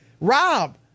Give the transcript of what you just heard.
Rob